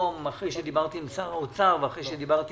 עם שר האוצר, אחרי שדיברתי